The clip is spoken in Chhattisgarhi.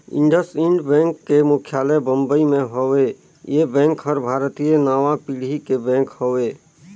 इंडसइंड बेंक के मुख्यालय बंबई मे हेवे, ये बेंक हर भारतीय नांवा पीढ़ी के बेंक हवे